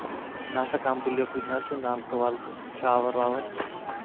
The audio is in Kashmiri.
نہ سا کَمپٕلیٖٹ ہُتہِ حظ چھِ نَلکہٕ وَلکہٕ شاوَر واوَر